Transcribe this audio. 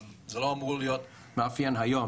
אז זה לא אמור להיות מאפיין היום.